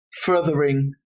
furthering